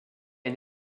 une